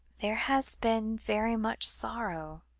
there has been very much sorrow